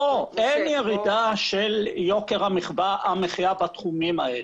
אין ירידה של יוקר המחיה בתחומים האלה.